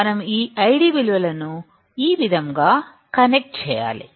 మనం ఈ ID విలువలను ఈ విధంగా కనెక్ట్ చేయాలి